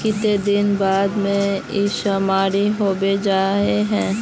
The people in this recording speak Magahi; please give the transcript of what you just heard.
कीतना दिन में इंश्योरेंस होबे जाए है?